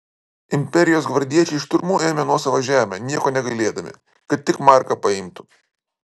imperijos gvardiečiai šturmu ėmė nuosavą žemę nieko negailėdami kad tik marką paimtų